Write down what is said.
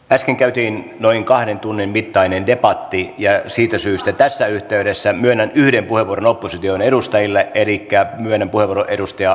äsken käytiin noin kahden tunnin mittainen debatti ja siitä syystä tässä yhteydessä myönnän yhden puheenvuoron opposition edustajille elikkä myönnän puheenvuoron edustaja lindtmanille